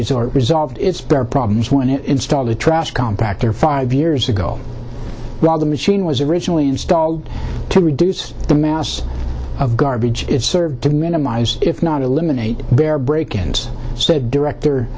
resort resolved its problems when it installed the trashcan back there five years ago while the machine was originally installed to reduce the mass of garbage it served to minimize if not eliminate bare break ins said director